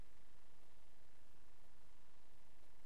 דברים נוקבים.